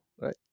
right